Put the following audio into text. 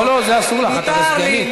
את סגנית.